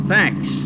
Thanks